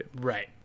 Right